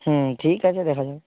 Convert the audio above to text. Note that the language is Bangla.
হুম ঠিক আছে দেখা যাবে